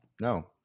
No